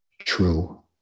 True